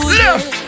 left